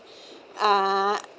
uh